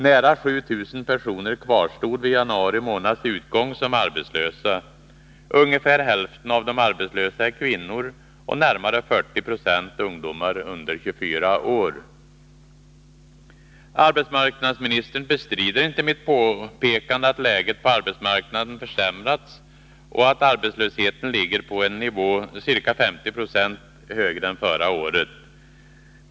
Nära 7 000 personer kvarstod vid januari månads utgång som arbetslösa. Ungefär hälften av de arbetslösa är kvinnor och närmare 40 90 ungdomar under 24 år. Arbetsmarknadsministern bestrider inte mitt påpekande att läget på arbetsmarknaden försämrats och att arbetslösheten ligger på en nivå som är ca 50 Jo högre än förra året.